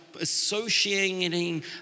associating